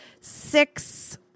six